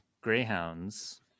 Greyhounds